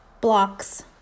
Blocks